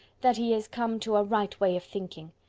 that he is come to a right way of thinking.